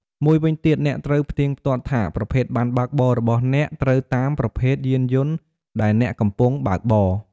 មួយវិញទៀត អ្នកត្រូវផ្ទៀងផ្ទាត់ថាប្រភេទប័ណ្ណបើកបររបស់អ្នក ត្រូវតាមប្រភេទយានយន្តដែលអ្នកកំពុងបើកបរ។